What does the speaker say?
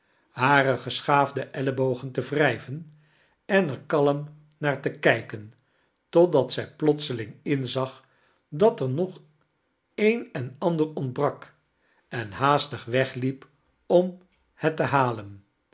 hare geschaafde ellebogen te wrijveii en er kalm naar te kij'ben totdat zij plotseling inzag dat er nog een en ander ontbrak en haastig wegliep om het te halen